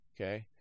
okay